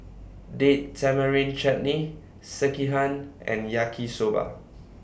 Date Tamarind Chutney Sekihan and Yaki Soba